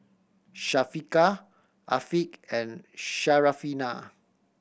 Syafiqah Afiq and Syarafina